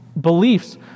beliefs